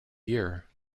year